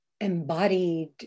embodied